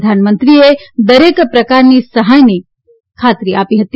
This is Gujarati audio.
પ્રધાનમંત્રીએ દરેક પ્રકારની સહાય આપવાની ખાતરી આપી હતી